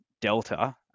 delta